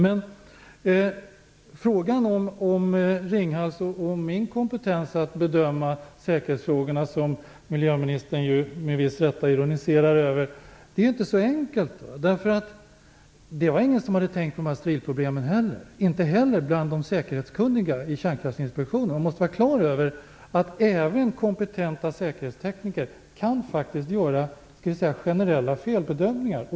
Men frågan om Ringhals och min kompetens att bedöma säkerhetsfrågorna, som miljöministern med viss rätt ironiserar över, är inte så enkel. Det var ju inte någon som hade tänkt på strilproblemen, inte heller bland de säkerhetskunniga i Kärnkraftsinspektionen. Man måste vara klar över att även kompetenta säkerhetstekniker faktiskt kan göra generella felbedömningar.